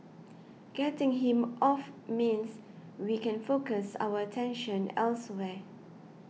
getting him off means we can focus our attention elsewhere